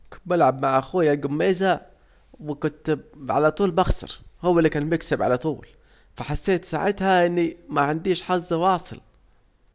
كنت بلعب مع اخويا الجميزة، وكنت على طول بخسر، هو الي كان بيكسب على طول، فحسيت ساعتها اني معنديش حظ واصل